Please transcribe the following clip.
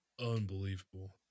unbelievable